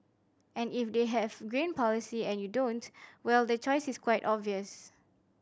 and if they have green policy and you don't well the choice is quite obvious